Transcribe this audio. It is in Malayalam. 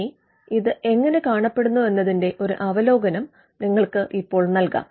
ഇനി ഇത് എങ്ങനെ കാണപ്പെടുന്നു എന്നതിന്റെ ഒരു അവലോകനം നിങ്ങൾക്ക് ഇപ്പോൾ നൽകാം